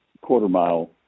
quarter-mile